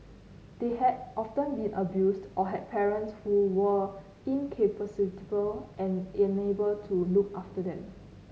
they had often been abused or had parents who were incapacitated and unable to look after them